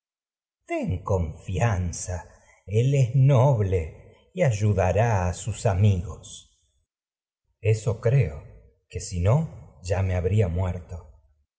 ten confianza él noble y ayudará a sus amigos electra eso creo que si no ya me veo y habría muerto